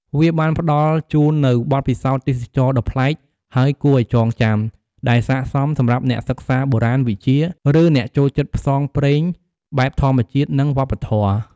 វាបានផ្តល់ជូននូវបទពិសោធន៍ទេសចរណ៍ដ៏ប្លែកហើយគួរឱ្យចងចាំ ដែលស័ក្តិសមសម្រាប់អ្នកសិក្សាបុរាណវិទ្យា ឫអ្នកចូលចិត្តផ្សងព្រេងបែបធម្មជាតិនិងវប្បធម៌។